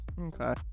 Okay